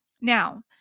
now